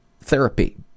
therapy